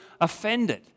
offended